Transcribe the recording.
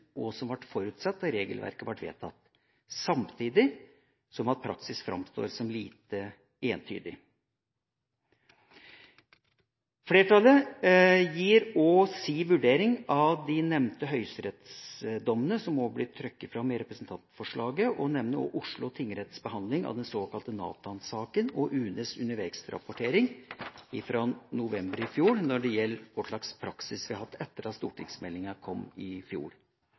som ble forutsatt da regelverket ble vedtatt, samtidig som praksis framstår som lite entydig. Flertallet gir også sin vurdering av de nevnte høyesterettsdommene, som også blir trukket fram i representantforslaget, og nevner også Oslo tingretts behandling av den såkalte Nathan-saken og UNEs undervegsrapportering fra november i fjor, når det gjelder hva slags praksis vi har hatt etter at stortingsmeldinga kom i fjor.